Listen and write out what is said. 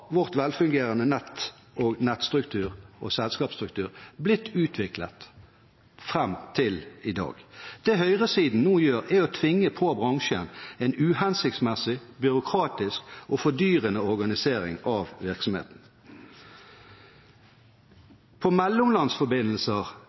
vårt velfungerende nett – og nettstruktur og selskapsstruktur – blitt utviklet fram til i dag. Det høyresiden nå gjør, er å tvinge på bransjen en uhensiktsmessig, byråkratisk og fordyrende organisering av virksomheten.